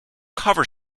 cover